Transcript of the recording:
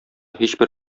һичбер